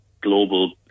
global